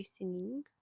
listening